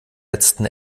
letzten